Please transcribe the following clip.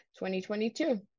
2022